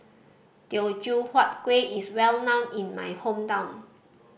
Teochew Huat Kueh is well known in my hometown